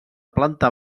planta